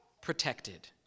protected